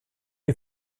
you